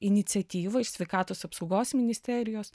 iniciatyva iš sveikatos apsaugos ministerijos